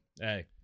Hey